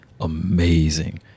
amazing